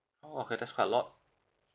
orh okay that's quite a lot